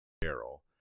barrel